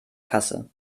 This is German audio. kasse